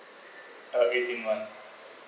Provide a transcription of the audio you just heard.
I'll getting one